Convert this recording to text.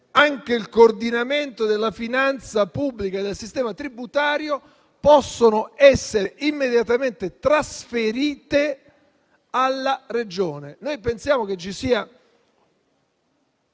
anche il coordinamento della finanza pubblica e del sistema tributario possono essere immediatamente trasferite alla Regione. Noi pensiamo che ci sia